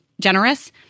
generous